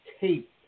tape